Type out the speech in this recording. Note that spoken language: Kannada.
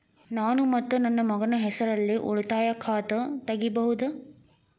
ನಾನು ಮತ್ತು ನನ್ನ ಮಗನ ಹೆಸರಲ್ಲೇ ಉಳಿತಾಯ ಖಾತ ತೆಗಿಬಹುದ?